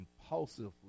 impulsively